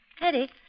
Eddie